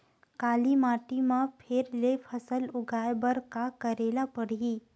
काली माटी म फेर ले फसल उगाए बर का करेला लगही?